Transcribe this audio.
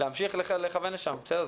להמשיך לכוון לשם, בסדר?